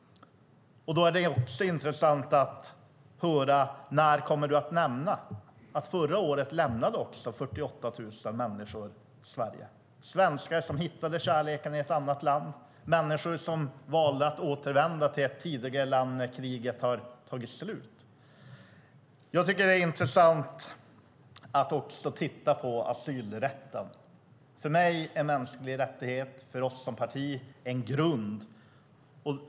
När kommer du att nämna att det förra året var 48 000 människor som lämnade Sverige? Det är svenskar som hittade kärleken i ett annat land eller människor som valde att återvända till sitt tidigare land sedan kriget tagit slut. Det är intressant att också titta på asylrätten. För mig är det en mänsklig rättighet och för oss som parti är det en grund.